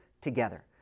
together